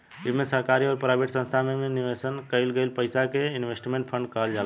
विभिन्न सरकारी अउरी प्राइवेट संस्थासन में निवेश कईल गईल पईसा के इन्वेस्टमेंट फंड कहल जाला